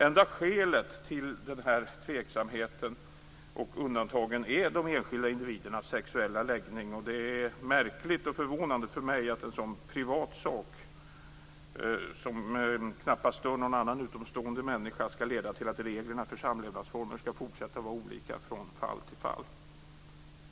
Enda skälet till den här tveksamheten och de här undantagen är de enskilda individernas sexuella läggning, och det är märkligt och förvånande för mig att en sådan privat sak, som knappast stör någon utomstående människa, skall leda till att reglerna för samlevnadsformer skall fortsätta att vara olika från fall till fall.